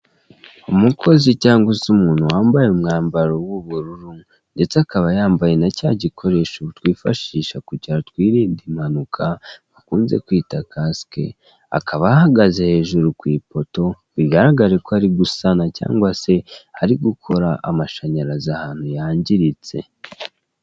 Umukozi cyangwa se umuntu wambaye umwambaro w'ubururu, ndetse akaba yambaye na cya gikoresho twifashisha kugira twirinde impanuka, bakunze kwita kasike, akaba ahagaze hejuru ku ipoto, bigaragare ko ari gusana, cyangwa se ari gukora amashanyarazi ahantu yangiritse.